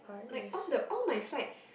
like all the all my flights